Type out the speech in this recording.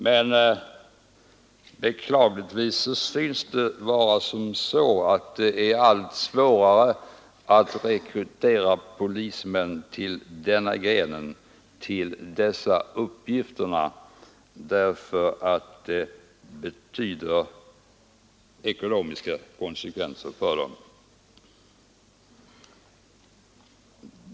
Men beklagligtvis synes det vara så att det blir allt svårare att rekrytera polismän till denna gren, till dessa uppgifter, därför att det får ekonomiska konsekvenser för dem.